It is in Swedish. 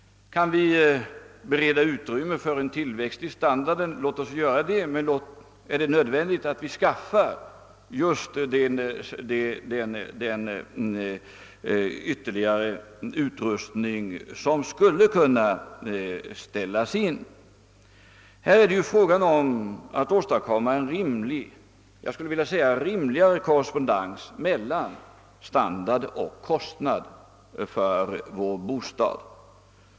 Om vi får råd att ytterligare öka standarden, låt oss då också göra detta, men frågan är om det är nödvändigt att nu anskaffa sådan ytterligare utrustning som man skulle kunna sätta in. Det gäller dock att åstadkomma en rimlig, ja, jag skulle vilja säga rimligare korrespondens mellan standard och kostnad för vår bostad.